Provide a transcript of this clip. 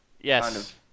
Yes